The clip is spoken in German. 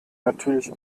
natürlich